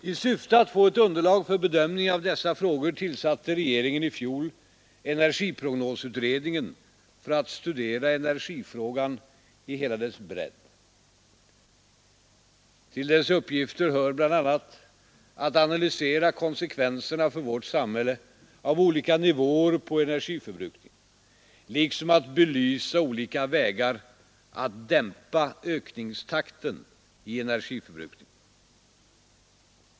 I syfte att få ett underlag för bedömning av dessa frågor tillsatte regeringen i fjol energiprognosutredningen för att studera energifrågan i hela dess bredd. Till dess uppgifter hör bl.a. att analysera konsekvenserna för vårt samhälle av olika nivåer på energiförbrukningen, liksom att belysa olika vägar att dämpa ökningstakten i energiförbrukningen.